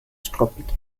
struppige